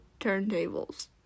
turntables